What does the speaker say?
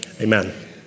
amen